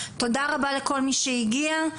תודה רבה לכל מי שהגיע,